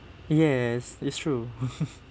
yes it's true